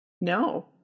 No